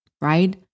right